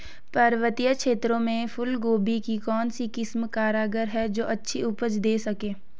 पर्वतीय क्षेत्रों में फूल गोभी की कौन सी किस्म कारगर है जो अच्छी उपज दें सके?